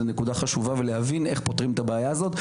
דגש ולהבין איך פותרים את הבעיה הזאת,